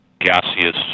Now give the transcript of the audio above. gaseous